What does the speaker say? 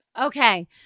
Okay